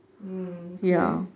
mm ya okay